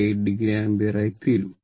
8o ampere ആയിത്തീരും